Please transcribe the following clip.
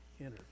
entered